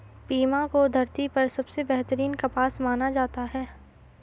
Pima को धरती पर सबसे बेहतरीन कपास माना जाता है